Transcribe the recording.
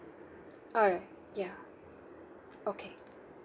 alright ya okay